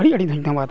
ᱟᱹᱰᱤ ᱟᱹᱰᱤ ᱫᱷᱚᱱᱱᱚᱵᱟᱫᱽ